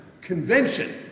convention